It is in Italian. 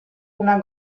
una